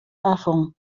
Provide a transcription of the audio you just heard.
aron